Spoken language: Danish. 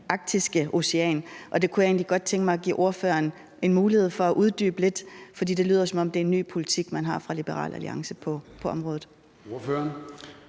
og det kunne jeg egentlig godt tænke mig at give ordføreren en mulighed for at uddybe lidt. For det lyder, som om det er en ny politik, man har fra Liberal Alliances side på området.